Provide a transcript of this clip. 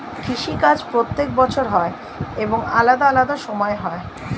কৃষি কাজ প্রত্যেক বছর হয় এবং আলাদা আলাদা সময় হয়